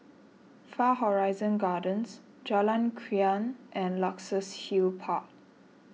Far Horizon Gardens Jalan Krian and Luxus Hill Park